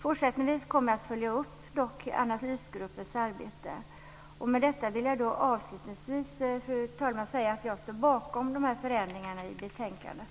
Fortsättningsvis kommer jag att följa upp analysgruppens arbete. Fru talman! Avslutningsvis vill jag säga att jag står bakom förändringarna i betänkandet.